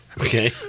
Okay